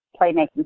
playmaking